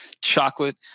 Chocolate